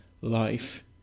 life